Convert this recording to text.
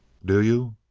do you?